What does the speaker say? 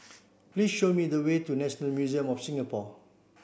please show me the way to National Museum of Singapore